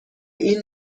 این